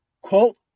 quote